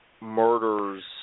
murders